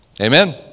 Amen